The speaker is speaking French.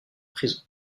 prison